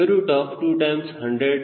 225